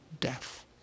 death